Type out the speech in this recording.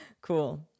Cool